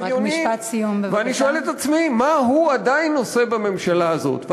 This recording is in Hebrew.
ואני שואל את עצמי מה הוא עדיין עושה בממשלה הזאת.